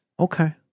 Okay